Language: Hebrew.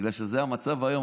בגלל שזה המצב היום,